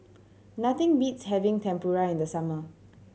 nothing beats having Tempura in the summer